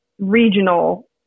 regional